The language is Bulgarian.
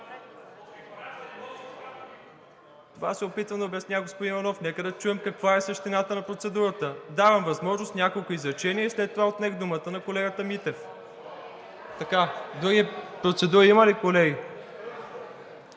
Това се опитвам да обясня, господин Иванов, нека да чуем каква е същината на процедурата. Давам възможност няколко изречения и след това отнех думата на колегата Митев. Други процедури има ли, колеги?